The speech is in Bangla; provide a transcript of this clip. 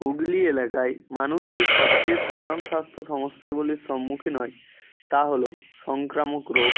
হুগলি এলাকায় মানুষ যে সবচেয়ে সাধারণ স্বাস্থ্য সমস্যাগুলির সম্মুখীন হয় তা হল সংক্রামক রোগ